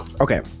Okay